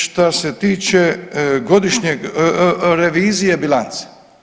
Šta se tiče godišnjeg, revizije bilance.